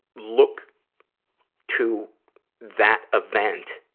look to that event,